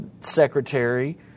secretary